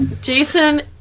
Jason